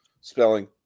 spelling